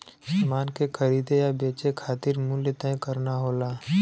समान के खरीदे या बेचे खातिर मूल्य तय करना होला